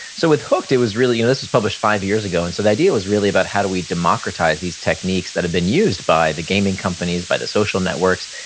so with hooked it was really, this was published five years ago. and so the idea was really about how do we democratize these techniques that have been used by the gaming companies, by the social networks,